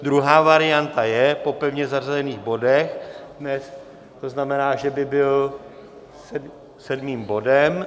Druhá varianta je po pevně zařazených bodech dnes, to znamená, že by byl sedmým bodem.